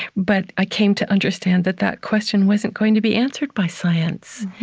but i came to understand that that question wasn't going to be answered by science,